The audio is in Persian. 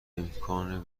امکان